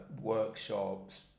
workshops